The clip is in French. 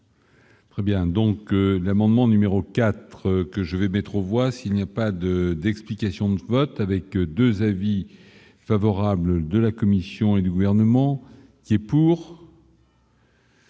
Très bien, donc l'amendement numéro 4 que je vais mettre aux voix, s'il n'y a pas de d'explications de vote avec 2 avis favorable de la Commission et du gouvernement qui est pour.